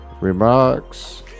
Remarks